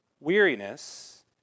Weariness